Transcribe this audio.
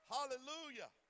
Hallelujah